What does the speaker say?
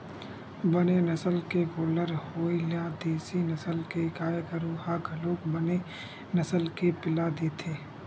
बने नसल के गोल्लर होय ले देसी नसल के गाय गरु ह घलोक बने नसल के पिला देथे